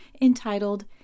entitled